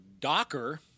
Docker